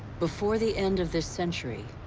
before the end of this century,